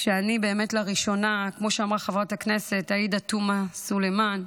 כמו שאמרה חברת הכנסת עאידה תומא סלימאן,